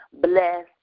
Bless